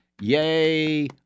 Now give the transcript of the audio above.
Yay